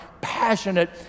passionate